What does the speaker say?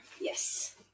Yes